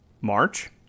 March